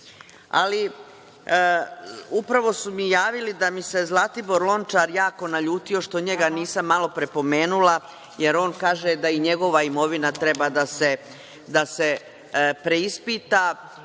trebaju. Upravo su mi javili da se Zlatibor Lončar jako naljutio što njega nisam malopre spomenula, jer on kaže da i njegova imovina treba da se preispita.